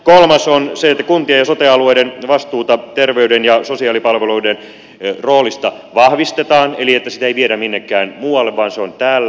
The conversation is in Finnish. kolmas on se että kuntien ja sote alueiden vastuuta terveys ja sosiaalipalveluiden roolista vahvistetaan eli että sitä ei viedä minnekään muualle vaan se on täällä